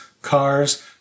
Cars